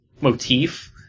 motif